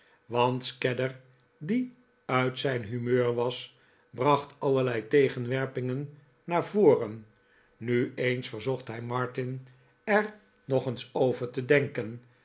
want scadder die uit zijn humeur was bracht allerlei tegenwerpingen naar voren ku eens verzocht hij martin er nog eens over te denken